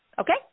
Okay